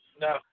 No